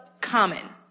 common